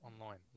online